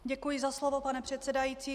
Děkuji za slovo, pane předsedající.